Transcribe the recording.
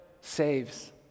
saves